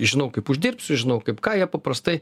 žinau kaip uždirbsiu žinau kaip ką jie paprastai